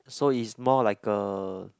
so is more like a